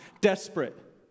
desperate